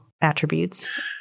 attributes